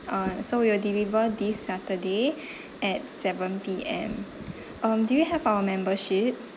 uh so we will deliver this saturday at seven P_M um do you have our membership